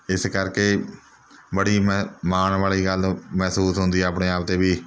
ਇਸ ਕਰਕੇ ਬੜੀ ਮ ਮਾਣ ਵਾਲ਼ੀ ਗੱਲ ਮਹਿਸੂਸ ਹੁੰਦੀ ਆਪਣੇ ਆਪ 'ਤੇ ਵੀ